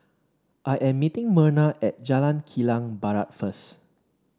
I am meeting Merna at Jalan Kilang Barat first